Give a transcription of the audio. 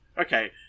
Okay